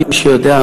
מי שיודע,